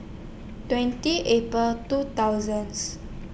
twenty April two thousands